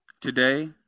Today